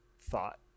thought